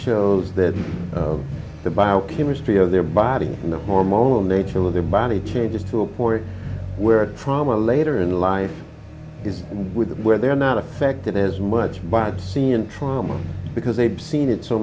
shows that the biochemistry of their bodies and the hormonal nature of their body changes to a point where trauma later in life is with where they're not affected as much by seeing trauma because they've seen it so